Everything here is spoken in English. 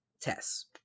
tests